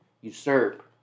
usurp